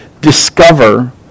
discover